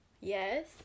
yes